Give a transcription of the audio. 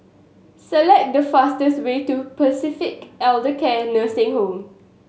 select the fastest way to Pacific Elder Care Nursing Home